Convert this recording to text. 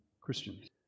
Christians